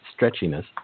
stretchiness